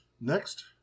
Next